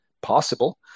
possible